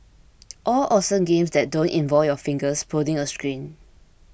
all awesome games that don't involve your fingers prodding a screen